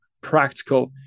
practical